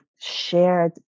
shared